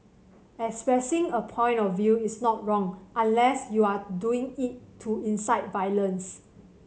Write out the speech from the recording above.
expressing a point of view is not wrong unless you're doing it to incite violence